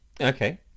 Okay